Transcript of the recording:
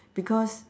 because